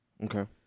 Okay